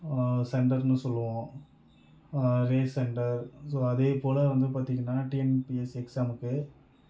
சென்டர்ன்னு சொல்லுவோம் recenter so அதேப்போல வந்து பார்த்திங்கன்னா டிஎன்பிஎஸ்சி எக்ஸாமுக்கு